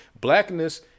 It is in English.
blackness